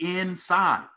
inside